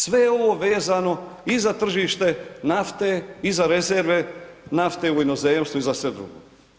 Sve je ovo vezano i za tržište nafte i za rezerve nafte u inozemstvu i za sve drugo.